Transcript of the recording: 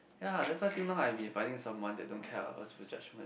ya that's why till now I've been finding someone that don't care about people's judgement